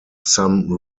some